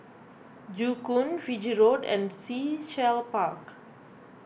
Joo Koon Fiji Road and Sea Shell Park